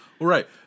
Right